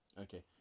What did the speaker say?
Okay